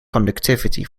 conductivity